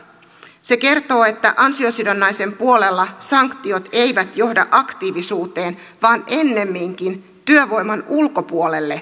se kertoo että ansiosidonnaisen puolella sanktiot eivät johda aktiivisuuteen vaan ennemminkin työvoiman ulkopuolelle siirtymiseen